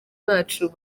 bacu